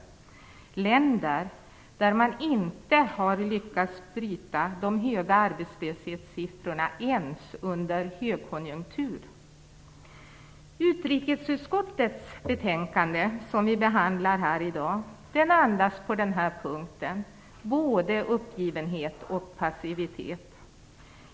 Det är länder där man inte har lyckats bryta de arbetslöshetssiffrorna ens under högkonjunktur. Det betänkande från utrikesutskottet som vi behandlar här i dag andas på den här punkten både uppgivenhet och passivitet.